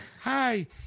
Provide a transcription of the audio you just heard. hi